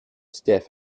stiff